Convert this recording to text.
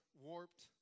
warped